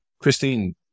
Christine